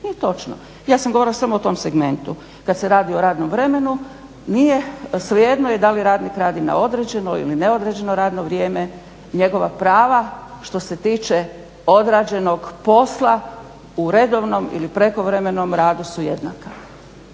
je točno, ja sam govorila samo o tom segmentu, kada se radi o radnom vremenu, nije svejedno da li radnik radi na određeno ili neodređeno radno vrijeme, njegova prava što se tiče odrađenog posla u redovnog ili u prekovremenom radu su jednaka.